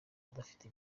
adafite